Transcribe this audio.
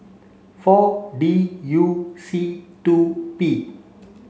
four D U C two P